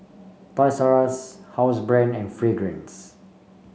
Toys R Us Housebrand and Fragrance